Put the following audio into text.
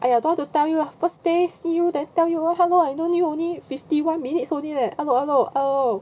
!aiya! don't want to tell you lah first day see you then tell you how long I know you only fifty one minutes only leh hello hello oh